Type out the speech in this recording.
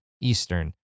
Eastern